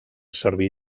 servir